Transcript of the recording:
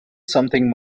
something